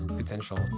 potential